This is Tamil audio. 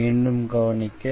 மீண்டும் கவனிக்க